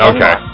Okay